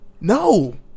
No